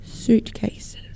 suitcases